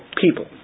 people